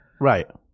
Right